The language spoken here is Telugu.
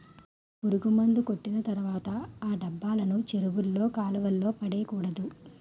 పురుగుమందు కొట్టిన తర్వాత ఆ డబ్బాలను చెరువుల్లో కాలువల్లో పడేకూడదు